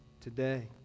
today